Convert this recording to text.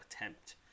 attempt